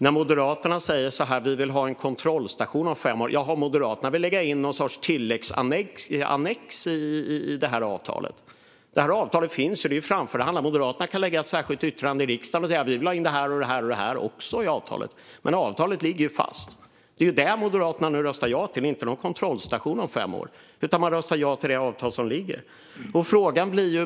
När Moderaterna säger att de vill ha en kontrollstation om fem år blir frågan om de vill lägga in någon sorts tilläggsannex i avtalet. Avtalet finns ju och är framförhandlat. Moderaterna kan lägga fram ett särskilt yttrande i riksdagen och säga: Vi vill också ha in det här och det här i avtalet. Men avtalet ligger ju fast. Det Moderaterna nu röstar ja till är det avtal som ligger, inte till någon kontrollstation om fem är.